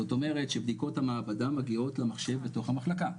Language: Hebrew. זאת אומרת שבדיקות המעבדה מגיעות למחשב בתוך המחלקה,